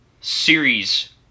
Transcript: series